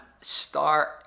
start